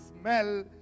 smell